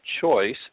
choice